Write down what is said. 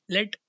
Let